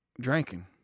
drinking